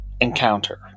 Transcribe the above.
encounter